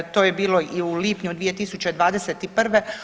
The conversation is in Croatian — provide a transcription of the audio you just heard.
To je bilo i u lipnju 2021.